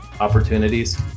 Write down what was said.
opportunities